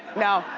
now,